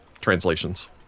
translations